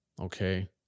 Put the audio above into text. Okay